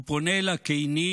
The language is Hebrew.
הוא פונה לקיני,